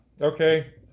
okay